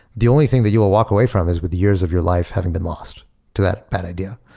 the only thing that you will walk away from is with the years of your life having been lost to that bad idea.